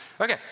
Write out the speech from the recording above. Okay